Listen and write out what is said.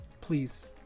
Please